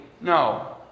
No